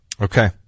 okay